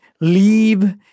leave